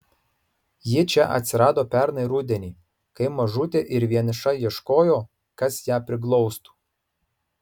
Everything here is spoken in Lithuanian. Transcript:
ji čia atsirado pernai rudenį kai mažutė ir vieniša ieškojo kas ją priglaustų